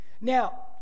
Now